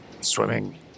swimming